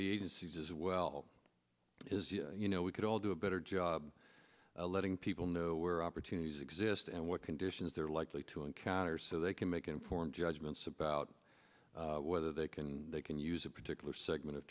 the agencies as well is you know we could all do a better job letting people know where opportunities exist and what conditions they're likely to encounter so they can make informed judgments about whether they can they can use a particular segment of